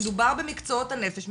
וכשמדובר במקצועות הנפש,